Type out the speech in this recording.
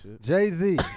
Jay-Z